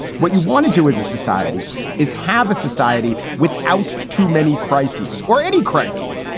what you want to do as a society is have a society without too many crises or any crises.